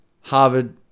Harvard